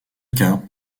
cas